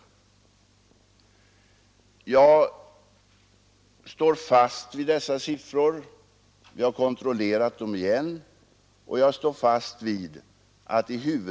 Jag står fast vid dessa siffror — jag har kontrollerat dem igen.